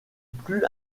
plus